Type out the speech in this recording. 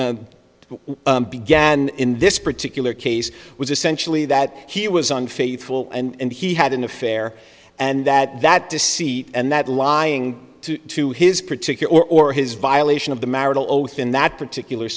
it began in this particular case was essentially that he was unfaithful and he had an affair and that that deceit and that lying to his particular or his violation of the marital oath in that particular